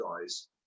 guys